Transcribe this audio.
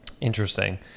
Interesting